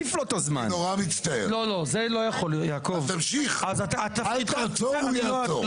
אדוני, התפקיד שלך לאפשר לי לנמק.